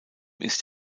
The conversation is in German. ist